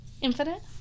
Infinite